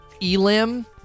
Elim